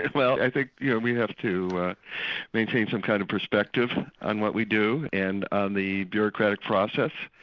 and well i think you know we have to maintain some kind of perspective on what we do and on the bureaucratic process.